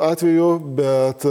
atveju bet